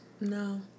No